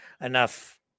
enough